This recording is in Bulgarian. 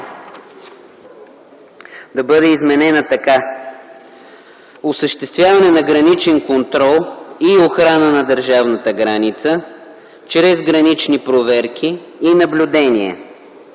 да стане: „6. осъществяване на граничен контрол и охрана на държавната граница чрез гранични проверки и наблюдения”.